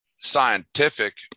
scientific